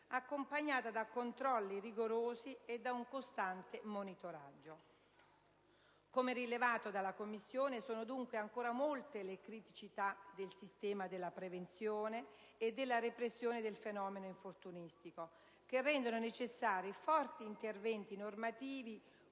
accompagnata da controlli rigorosi e da un costante monitoraggio. Come rilevato dalla Commissione, sono dunque ancora molte le criticità del sistema della prevenzione e della repressione del fenomeno infortunistico che rendono necessari forti interventi normativi